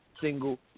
single